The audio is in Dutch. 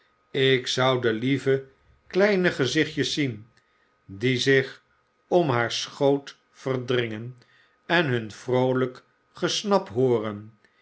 ik zou de lieve kleine gezichtjes zien die zich om haar schoot verdringen en hun vroolijk gesnap hooren